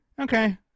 okay